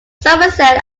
somerset